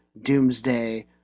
Doomsday